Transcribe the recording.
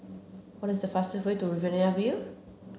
what is the fastest way to Riverina View